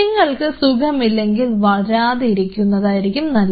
നിങ്ങൾക്ക് സുഖമില്ലെങ്കിൽ വരാതെ ഇരിക്കുന്നത് ആയിരിക്കും നല്ലത്